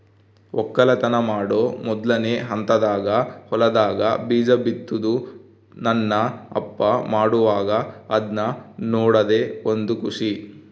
ವಕ್ಕಲತನ ಮಾಡೊ ಮೊದ್ಲನೇ ಹಂತದಾಗ ಹೊಲದಾಗ ಬೀಜ ಬಿತ್ತುದು ನನ್ನ ಅಪ್ಪ ಮಾಡುವಾಗ ಅದ್ನ ನೋಡದೇ ಒಂದು ಖುಷಿ